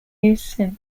used